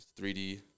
3D